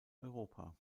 europa